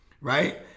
Right